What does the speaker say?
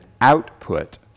output